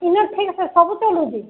ଠିକ୍ ସେ ସବୁ ଚାଲୁଛି